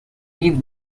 mean